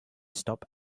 stop